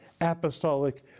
apostolic